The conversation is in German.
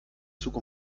zug